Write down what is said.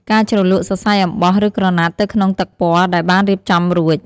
គេជ្រលក់សរសៃអំបោះ ឬក្រណាត់ទៅក្នុងទឹកពណ៌ដែលបានរៀបចំរួច។